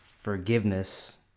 forgiveness